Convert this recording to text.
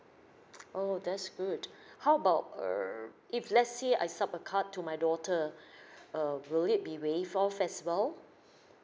oh that's good how about err if let's say I sup a card to my daughter uh will it be waived off as well